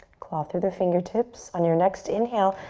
claw through the fingertips. on your next inhale,